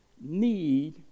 need